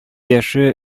яше